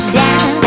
down